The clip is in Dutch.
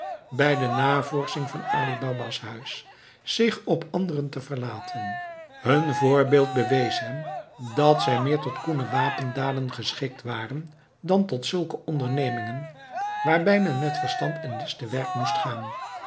bij de navorsching van ali baba's huis zich op anderen te verlaten hun voorbeeld bewees hem dat zij meer tot koene wapendaden geschikt waren dan tot zulke ondernemingen waarbij men met verstand en list te werk moest gaan